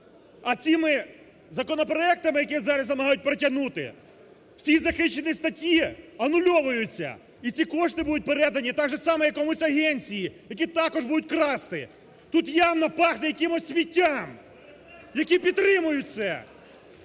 А цими законопроектами, які зараз намагаються протягнути, всі захищені статті анульовуються, і ці кошти будуть передані так же само якійсь агенція, які також будуть красти. Ту явно пахне якимось сміттям, які підтримують